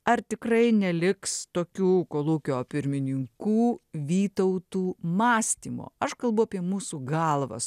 ar tikrai neliks tokių kolūkio pirmininkų vytautų mąstymo aš kalbu apie mūsų galvas